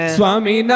Swami